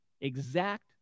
Exact